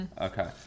Okay